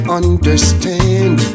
understand